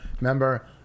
remember